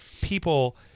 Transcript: people